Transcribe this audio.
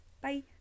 bye